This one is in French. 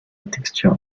texture